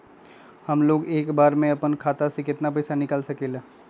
हमलोग एक बार में अपना खाता से केतना पैसा निकाल सकेला?